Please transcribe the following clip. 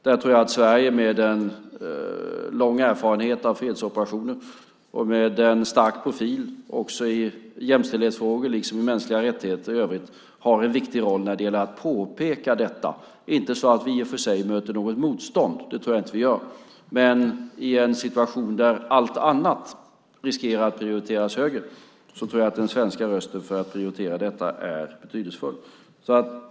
Där tror jag att Sverige med en lång erfarenhet av fredsoperationer och med en stark profil också i jämställdhetsfrågor liksom i frågor som gäller mänskliga rättigheter i övrigt har en viktig roll när det gäller att påpeka detta. Det är inte så att vi i och för sig möter något motstånd, det tror jag inte att vi gör, men i en situation där allt annat riskerar att prioriteras högre tror jag att den svenska rösten för att prioritera detta är betydelsefull.